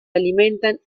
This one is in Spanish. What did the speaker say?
alimentan